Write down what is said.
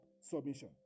Submission